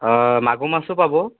মাগুৰ মাছো পাব